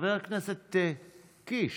חבר הכנסת קיש,